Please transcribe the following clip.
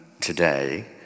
today